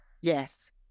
Yes